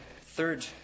third